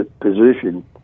position